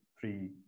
three